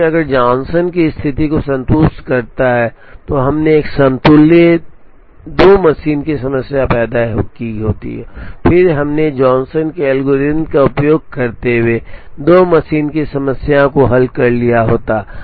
क्योंकि अगर यह जॉनसन की स्थिति को संतुष्ट करता तो हमने एक समतुल्य 2 मशीन की समस्या पैदा की होती और फिर हमने जॉनसन के एल्गोरिथम का उपयोग करते हुए 2 मशीन की समस्या को हल कर लिया होता